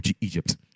Egypt